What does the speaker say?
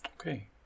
Okay